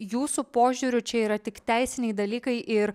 jūsų požiūriu čia yra tik teisiniai dalykai ir